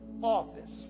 Office